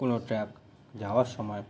কোনো যাওয়ার সময়